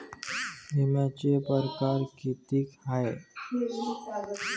बिम्याचे परकार कितीक हाय?